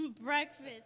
breakfast